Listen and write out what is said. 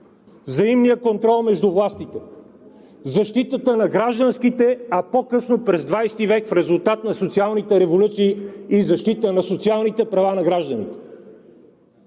взаимен контрол между властите, защита на гражданските, а по-късно през XX век, в резултат на социалните революции, и защита на социалните права на гражданите.